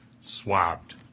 swabbed